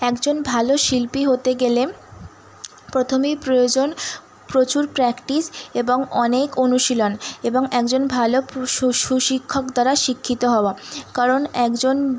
একজন ভালো শিল্পী হতে গেলে প্রথমেই প্রয়োজন প্রচুর প্র্যাক্টিস এবং অনেক অনুশীলন এবং একজন ভালো পু সু সুশিক্ষক দ্বারা শিক্ষিত হওয়া কারণ একজন